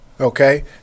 okay